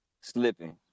Slipping